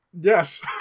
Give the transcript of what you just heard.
Yes